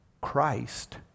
Christ